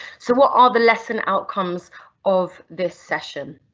so what are the lesson outcomes of this session?